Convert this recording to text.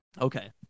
Okay